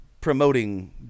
promoting